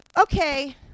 Okay